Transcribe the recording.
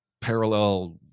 parallel